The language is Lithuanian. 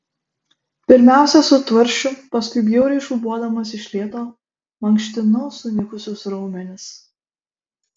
pirmiausia su tvarsčiu paskui bjauriai šlubuodamas iš lėto mankštinau sunykusius raumenis